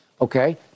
Okay